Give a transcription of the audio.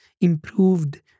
improved